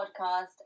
podcast